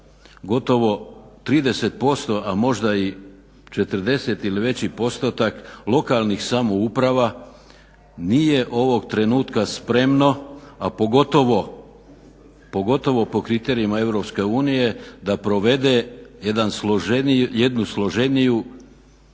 gotovo 30% a možda i 40 ili veći postotak lokalnih samouprava nije ovog trenutka spremno a pogotovo po kriterijima EU da provede jednu složeniju